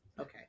okay